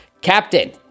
Captain